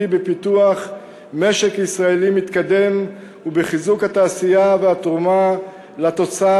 בפיתוח משק ישראלי מתקדם ובחיזוק התעשייה והתרומה לתוצר,